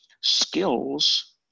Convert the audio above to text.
Skills